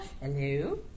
Hello